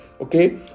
Okay